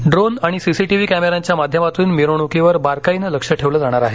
drone आणि CCTV कॅमेऱ्यांच्या माध्यमातून मिरवणकीवर बारकाईनं लक्ष ठेवलं जाणार आहे